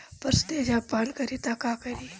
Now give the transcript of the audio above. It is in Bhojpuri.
पशु तेजाब पान करी त का करी?